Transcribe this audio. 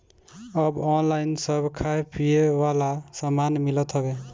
अब ऑनलाइन सब खाए पिए वाला सामान मिलत हवे